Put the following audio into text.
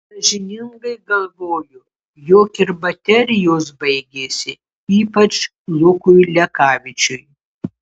sąžiningai galvoju jog ir baterijos baigėsi ypač lukui lekavičiui